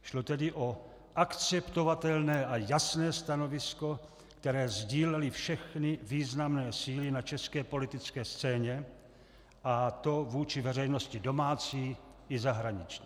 Šlo tedy o akceptovatelné a jasné stanovisko, které sdílely všechny významné síly na české politické scéně, a to vůči veřejnosti domácí i zahraniční.